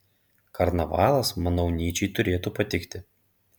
karnavalas manau nyčei turėtų patikti